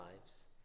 lives